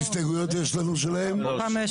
עכשיו ההסתייגויות של --- אתם לא מתביישים?